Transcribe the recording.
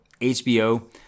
hbo